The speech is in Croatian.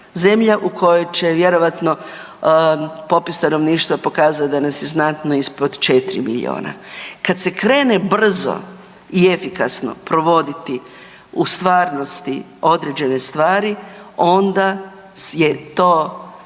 zemlja u kojoj će vjerojatno popis stanovništva pokazati da nas je znatno ispod 4 miliona. Kad se krene brzo i efikasno provoditi u stvarnosti određene stvari onda je to